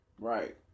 Right